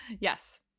Yes